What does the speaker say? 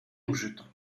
użyto